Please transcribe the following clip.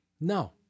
No